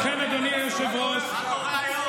ובכן, אדוני היושב-ראש, מה קורה היום?